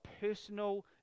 personal